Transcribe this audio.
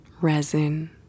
resin